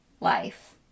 life